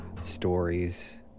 Stories